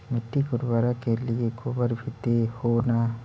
मिट्टी के उर्बरक के लिये गोबर भी दे हो न?